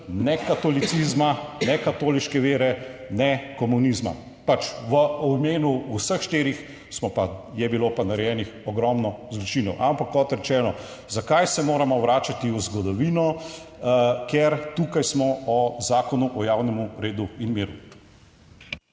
ne katolicizma, ne katoliške vere, ne komunizma, pač v imenu vseh štirih smo pa, je bilo pa narejenih ogromno zločinov, ampak kot rečeno, zakaj se moramo vračati v zgodovino, ker tukaj smo o Zakonu o javnem redu in miru.